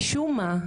משום מה,